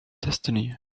destiny